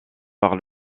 par